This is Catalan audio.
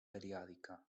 periòdica